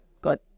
Good